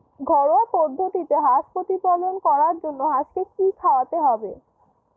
ঘরোয়া পদ্ধতিতে হাঁস প্রতিপালন করার জন্য আজকে কি খাওয়াতে হবে?